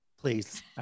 Please